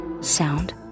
sound